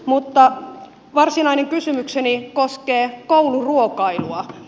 mutta varsinainen kysymykseni koskee kouluruokailua